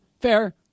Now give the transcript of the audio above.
Fair